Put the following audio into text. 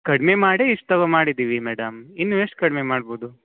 ಕಡಿಮೆ ಮಾಡಿ ಇಷ್ಟು ತಗೊ ಮಾಡಿದ್ದೀವಿ ಮೇಡಮ್ ಇನ್ನೂ ಎಷ್ಟು ಕಡಿಮೆ ಮಾಡ್ಬೋದು